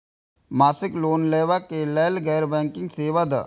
मासिक लोन लैवा कै लैल गैर बैंकिंग सेवा द?